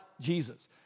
Jesus